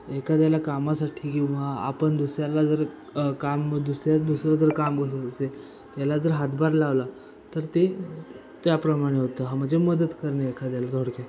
एखाद्याला कामासाठी किंवा आपण दुसऱ्याला जर काम दुसऱ्या दुसरं जर काम बसत असेल त्याला जर हातभार लावला तर ते त्याप्रमाणे होतं हा म्हणजे मदत करणे एखाद्याला थोडक्यात